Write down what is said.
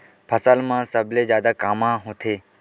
फसल मा सबले जादा कामा होथे?